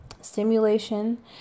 stimulation